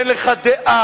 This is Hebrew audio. ואין לך דעה,